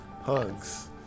Hugs